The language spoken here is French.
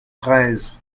treize